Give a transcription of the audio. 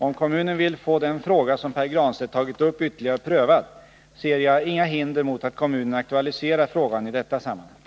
Om kommunen vill få den fråga som Pär Granstedt tagit upp ytterligare prövad, ser jag inga hinder mot att kommunen aktualiserar frågan i detta sammanhang.